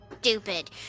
stupid